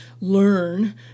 learn